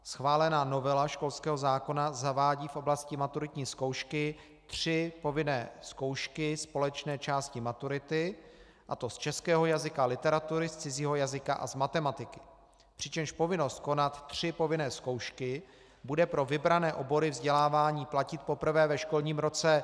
Schválená novela školského zákona zavádí v oblasti maturitní zkoušky tři povinné zkoušky společné části maturity, a to z českého jazyka a literatury, z cizího jazyka a z matematiky, přičemž povinnost konat tři povinné zkoušky bude pro vybrané obory vzdělávání platit poprvé ve školním roce 2020 a 2021.